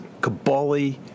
Kabali